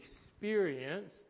experience